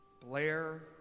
Blair